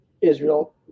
Israel